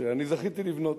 שאני זכיתי לבנות.